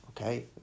Okay